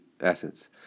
essence